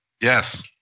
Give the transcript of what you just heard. Yes